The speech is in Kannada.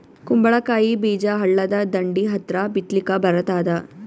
ಕುಂಬಳಕಾಯಿ ಬೀಜ ಹಳ್ಳದ ದಂಡಿ ಹತ್ರಾ ಬಿತ್ಲಿಕ ಬರತಾದ?